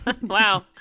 Wow